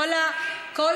כולם ימניים?